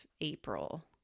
April